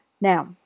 Now